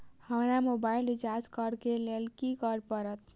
हमरा mobile recharge करऽ केँ लेल की करऽ पड़त?